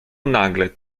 nagle